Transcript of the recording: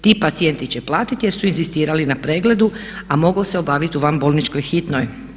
Ti pacijenti će platiti jer su inzistirali na pregledu, a moglo se obaviti u vanbolničkoj hitnoj.